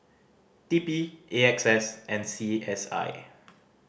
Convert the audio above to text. T P A X S and C S I